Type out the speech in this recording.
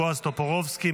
בועז טופורובסקי,